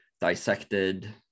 dissected